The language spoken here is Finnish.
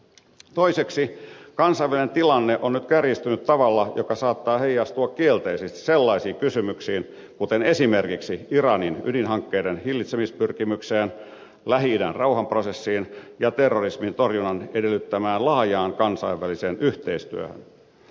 toiseksi kansainvälinen tilanne on nyt kärjistynyt tavalla joka saattaa heijastua kielteisesti sellaisiin kysymyksiin kuten esimerkiksi iranin ydinhankkeiden hillitsemispyrkimykseen lähi idän rauhanprosessiin ja terrorismin torjunnan edellyttämään laajaan kansainväliseen yhteistyöhön